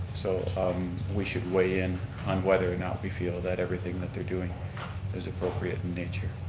so um we should weigh in on whether or not we feel that everything that they're doing is appropriate in nature.